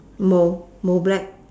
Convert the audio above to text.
mou mou black